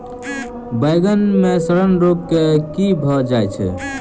बइगन मे सड़न रोग केँ कीए भऽ जाय छै?